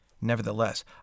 Nevertheless